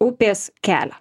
upės kelią